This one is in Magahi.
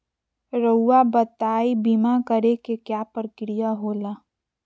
रहुआ बताइं बीमा कराए के क्या प्रक्रिया होला?